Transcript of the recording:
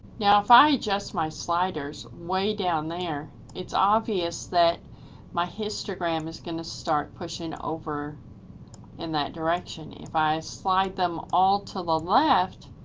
now if i adjust my sliders way down there, it obvious that my histogram is gonna start pushing over in that direction. if i slide them all to the left,